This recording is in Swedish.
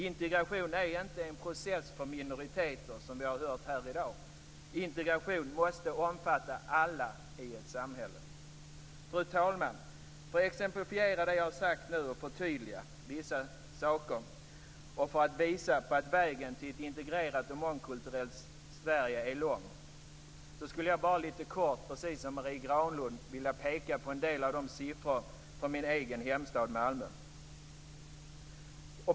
Integration är inte en process för minoriteter, som vi har hört här i dag, utan integration måste omfatta alla i ett samhälle. Fru talman! För att exemplifiera och förtydliga det jag nu har sagt och för att visa att vägen till ett integrerat och mångkulturellt Sverige är lång, skulle jag, precis som Marie Granlund, helt kort vilja peka på en del siffror från min egen hemstad Malmö.